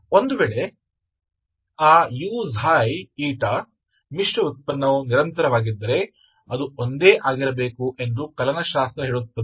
ಒಂದು ವೇಳೆ ಆ uξ η ಮಿಶ್ರ ಉತ್ಪನ್ನವು ನಿರಂತರವಾಗಿದ್ದರೆ ಅದು ಒಂದೇ ಆಗಿರಬೇಕು ಎಂದು ಕಲನಶಾಸ್ತ್ರ ಹೇಳುತ್ತದೆ